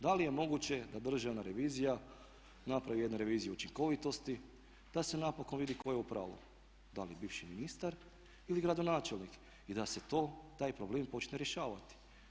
Da li je moguće da državna revizija napravi jednu reviziju učinkovitosti da se napokon vidi tko je upravu, da li bivši ministar ili gradonačelnik i da se to, taj problem počne rješavati?